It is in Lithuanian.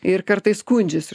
ir kartais skundžiasi